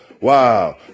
Wow